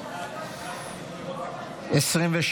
התשפ"ד 2023, לא נתקבלה.